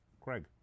Craig